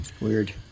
weird